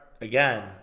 again